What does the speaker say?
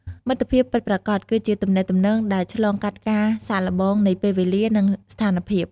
មិត្តភាពពិតប្រាកដ គឺជាទំនាក់ទំនងដែលឆ្លងកាត់ការសាកល្បងនៃពេលវេលា និងស្ថានភាព។